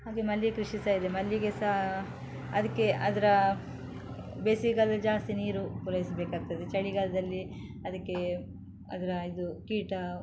ಹಾಗೆ ಮಲ್ಲಿ ಕೃಷಿ ಸಹ ಇದೆ ಮಲ್ಲಿಗೆ ಸಹ ಅದಕ್ಕೆ ಅದರ ಬೇಸ್ಗೆಗಾಲ್ದಲ್ಲಿ ಜಾಸ್ತಿ ನೀರು ಪೂರೈಸಬೇಕಾಗ್ತದೆ ಚಳಿಗಾಲದಲ್ಲಿ ಅದಕ್ಕೆ ಅದರ ಇದು ಕೀಟ